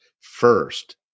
first